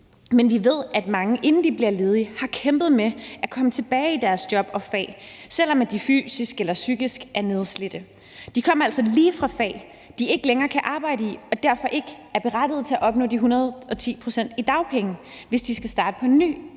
Men vi ved, at mange, inden de bliver ledige, har kæmpet med at komme tilbage i deres job og fag, selv om de er fysisk eller psykisk nedslidte. De kommer altså lige fra fag, de ikke længere kan arbejde i, og de er derfor ikke berettiget til at opnå de 110 pct. i dagpenge, hvis de skal starte på en ny